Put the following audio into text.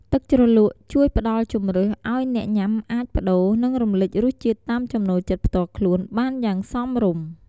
ទឹកជ្រលក់ជួយផ្តល់ជម្រើសឲ្យអ្នកញ៉ាំអាចប្ដូរ និងរំលេចរសជាតិតាមចំណូលចិត្តផ្ទាល់ខ្លួនបានយ៉ាងសមរម្យ។